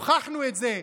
הוכחנו את זה.